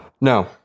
No